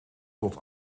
tot